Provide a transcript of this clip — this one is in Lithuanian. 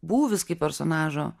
būvis kaip personažo